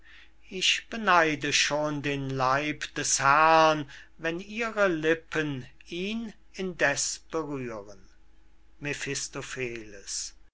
ich beneide schon den leib des herrn wenn ihre lippen ihn indeß berühren